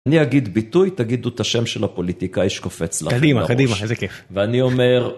אני אגיד ביטוי, תגידו את השם של הפוליטיקאי שקופץ לך בראש. קדימה, קדימה, איזה כיף. ואני אומר...